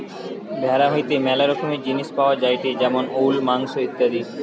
ভেড়া হইতে ম্যালা রকমের জিনিস পাওয়া যায়টে যেমন উল, মাংস ইত্যাদি